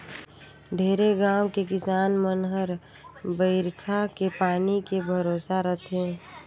ढेरे गाँव के किसान मन हर बईरखा के पानी के भरोसा रथे